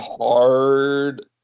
hard